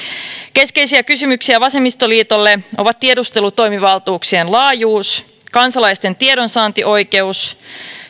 keskeisiä kysymyksiä vasemmistoliitolle ovat tiedustelutoimivaltuuksien laajuus kansalaisten tiedonsaantioikeus